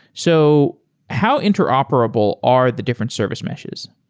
so how interoperable are the different service meshes?